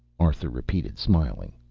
arthur repeated, smiling.